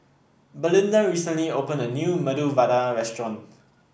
Belinda recently opened a new Medu Vada Restaurant